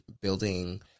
building